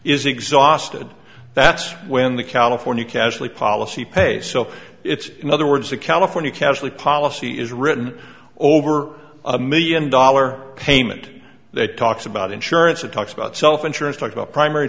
is exhausted that's when the california casually policy pay so it's in other words a california casually policy is written over a million dollar payment that talks about insurance or talks about self insurance talk about primary